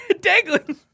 Dangling